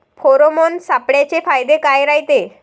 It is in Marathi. फेरोमोन सापळ्याचे फायदे काय रायते?